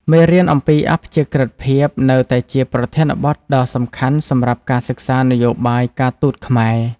មេរៀនអំពីអព្យាក្រឹតភាពនៅតែជាប្រធានបទដ៏សំខាន់សម្រាប់ការសិក្សានយោបាយការទូតខ្មែរ។